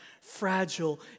fragile